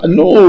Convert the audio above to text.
no